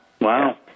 wow